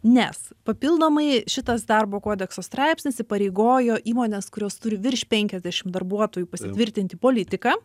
nes papildomai šitas darbo kodekso straipsnis įpareigojo įmones kurios turi virš penkiasdešim darbuotojų pasitvirtinti politiką